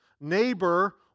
neighbor